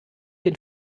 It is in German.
den